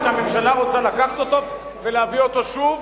שהממשלה רוצה לקחת אותו ולהביא אותו שוב,